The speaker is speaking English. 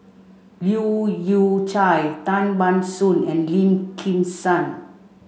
Leu Yew Chye Tan Ban Soon and Lim Kim San